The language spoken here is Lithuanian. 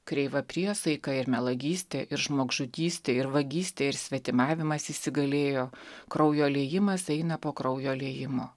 kreiva priesaika ir melagystė ir žmogžudystė ir vagystė ir svetimavimas įsigalėjo kraujo liejimas eina po kraujo liejimo